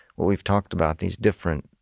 what we've talked about, these different